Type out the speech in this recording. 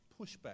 pushback